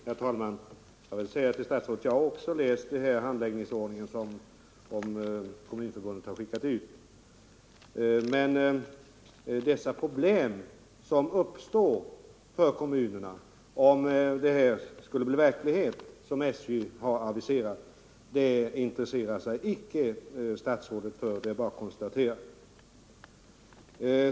Herr talman! Jag vill säga till statsrådet att jag också har läst den = ariSJ:s verksamhet handläggningsordning som Kommunförbundet har skickat ut. Men de inom Kronobergs problem som uppstår för kommunerna om det som SJ har aviserat skulle — län bli verklighet intresserar sig statsrådet inte för. Det är bara att konstatera.